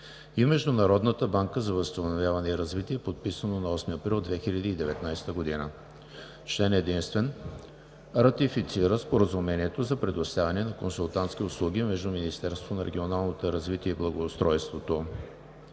и Международната банка за възстановяване и развитие, подписано на 8 април 2019 г. Член единствен. Ратифицира Споразумението за предоставяне на консултантски услуги между Министерството на регионалното развитие и благоустройството